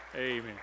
amen